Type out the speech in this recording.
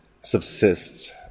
subsists